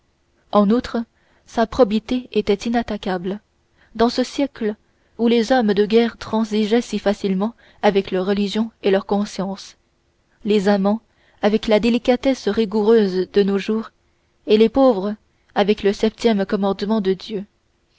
en outre sa probité était inattaquable dans ce siècle où les hommes de guerre transigeaient si facilement avec leur religion et leur conscience les amants avec la délicatesse rigoureuse de nos jours et les pauvres avec le septième commandement de dieu